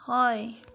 হয়